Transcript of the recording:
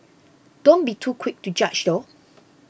don't be too quick to judge though